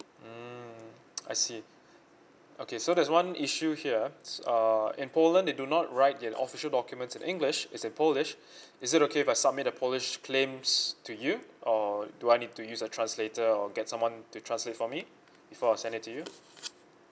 mmhmm I see okay so there's one issue here uh in poland they do not write their official documents in english it's in polish is it okay if I submit the polish claims to you or do I need to use a translator or get someone to translate for me before I send it to you